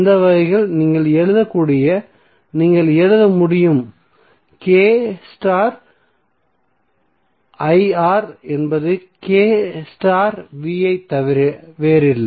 அந்த வகையில் நீங்கள் எழுதக்கூடியவை நீங்கள் எழுத முடியும் K I R என்பது K V ஐத் தவிர வேறில்லை